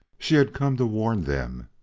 she had come to warn them.